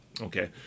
okay